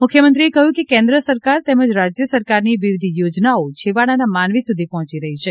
મુખ્યમંત્રીએ કહ્યું હતું કે કેન્દ્ર સરકાર તેમજ રાજ્ય સરકારની વિવિધ યોજનાઓ છેવાડાના માનવી સુધી પહોંચી રહી છે